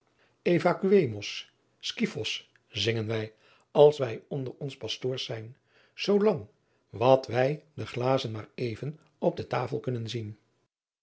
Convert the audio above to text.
vacuemus scyphos zingen wij als wij onder ons astoors zijn zoolang wat wij de glazen maar even op de tafel kunnen zien